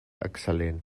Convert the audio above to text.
excel·lent